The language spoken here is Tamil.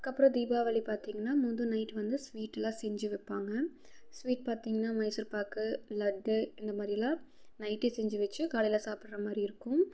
அதுக்கப்புறம் தீபாவளி பார்த்திங்னா முந்தின நைட் வந்து ஸ்வீட்டெலாம் செஞ்சு வைப்பாங்க ஸ்வீட் பார்த்திங்னா மைசூர்பாக்கு லட்டு இந்த மாதிரியெல்லாம் நைட்டே செஞ்சு வெச்சு காலையில் சாப்பிடுற மாதிரி இருக்கும்